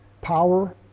power